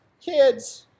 Kids